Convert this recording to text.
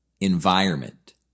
environment